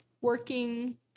working